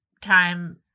time